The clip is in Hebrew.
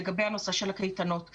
לגבי הנושא של הקייטנות.